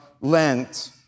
Lent